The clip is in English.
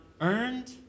earned